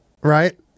right